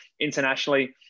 internationally